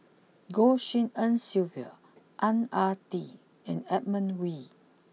Goh Tshin En Sylvia Ang Ah Tee and Edmund Wee